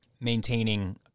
maintaining